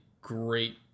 great